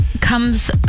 comes